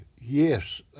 yes